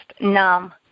numb